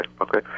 okay